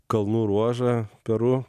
kalnų ruožą peru